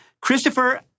Christopher